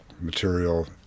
material